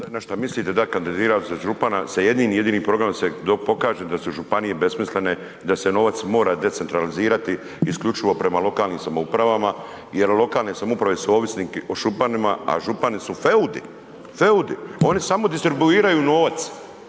na šta mislite, da, kandidirao sam se sa župana, sa jednim jedinim programom da se županije besmislene da se novac mora decentralizirati isključivo prema lokalnim samoupravama jer lokalne samouprave su ovisnici o županima a župani su feudi, feudi, oni samo distribuiraju novac